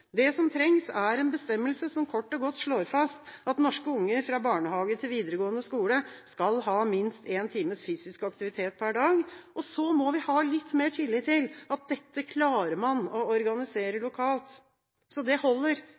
Det som trengs, er en bestemmelse som kort og godt slår fast at norske unger, fra barnehage til videregående skole, skal ha minst én time fysisk aktivitet per dag. Og så må vi ha litt mer tillit til at dette klarer man å organisere lokalt. Det holder,